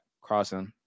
crossing